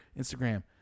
instagram